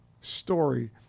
story